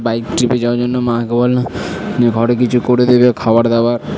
bike চেপে যাওয়ার জন্য মাকে বললাম যে ঘরে কিছু করে দেবে খাবার দাবার